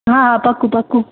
હા હા પાક્કું પાક્કું